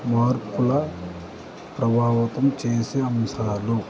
మార్పుల ప్రభావితం చేసే అంశాలు